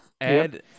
add